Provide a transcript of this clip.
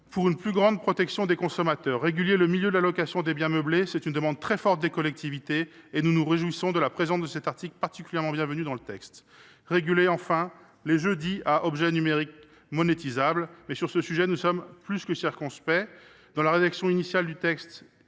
pour une plus grande protection des consommateurs. Il régule le milieu de la location de biens meublés, répondant ainsi à une demande très forte des collectivités. Nous nous réjouissons de la présence de cet article, particulièrement bienvenu, dans le texte. Il régule, enfin, les jeux dits « à objets numériques monétisables », mais, sur ce sujet, nous sommes plus que circonspects. La rédaction initiale du texte